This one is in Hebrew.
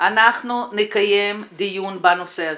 אנחנו נקיים דיון בנושא הזה,